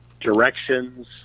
directions